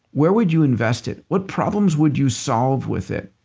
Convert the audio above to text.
where would you invest it? what problems would you solve with it,